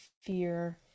fear